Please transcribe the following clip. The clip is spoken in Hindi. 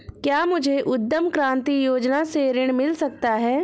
क्या मुझे उद्यम क्रांति योजना से ऋण मिल सकता है?